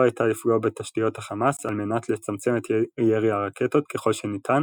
הייתה לפגוע בתשתיות החמאס על מנת לצמצם את ירי הרקטות ככל שניתן